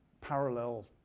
parallel